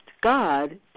God